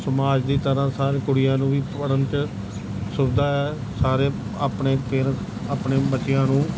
ਸਮਾਜ ਦੀ ਤਰ੍ਹਾਂ ਸਾਰੀਆਂ ਕੁੜੀਆਂ ਨੂੰ ਵੀ ਪੜ੍ਹਨ 'ਚ ਸੁਵਿਧਾ ਹੈ ਸਾਰੇ ਆਪਣੇ ਪੇਰੰਸ ਆਪਣੇ ਬੱਚਿਆਂ ਨੂੰ